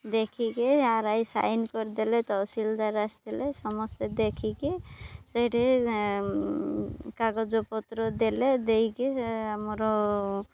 ଦେଖିକି R I sign କରିଦେଲେ ତହସିଲଦାର ଆସିଥିଲେ ସମସ୍ତେ ଦେଖିକି ସେଇଠି କାଗଜପତ୍ର ଦେଲେ ଦେଇକି ସେ ଆମର